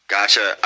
Gotcha